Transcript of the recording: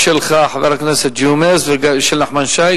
תודה לחבר הכנסת נחמן שי.